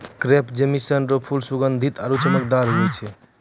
crepe jasmine रो फूल सुगंधीत आरु चमकदार होय छै